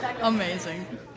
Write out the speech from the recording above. Amazing